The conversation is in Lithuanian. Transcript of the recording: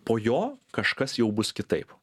po jo kažkas jau bus kitaip